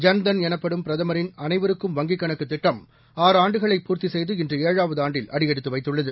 ஜன்தன் எனப்படும் பிரதமரின் அனைவருக்கும் வங்கிக் கணக்குத் திட்டம் ஆறு ஆண்டுகளை பூர்த்தி செய்து இன்று ஏழாவது ஆண்டில் அடியெடுத்து வைத்துள்ளது